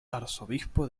arzobispo